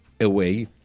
away